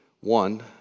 One